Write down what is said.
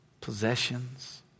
possessions